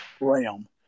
realm